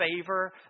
favor